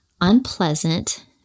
unpleasant